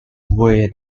where